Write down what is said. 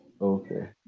Okay